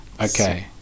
okay